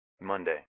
Monday